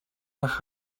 nach